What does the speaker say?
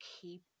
keep